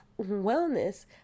wellness